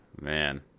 Man